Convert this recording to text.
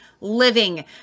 living